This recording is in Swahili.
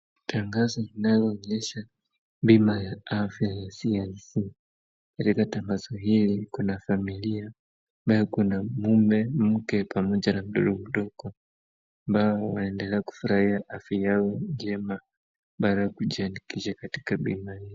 Tagazo linaloonyesha bima ya afya ya CIC. Katika tagazo hii kuna familia ambayo kuna mume, mke pamoja na mtoto mdogo ambao wanaendelea kufurahia afya yao njema baada ya kujiandikisha katika bima hii.